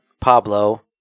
Pablo